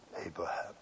Abraham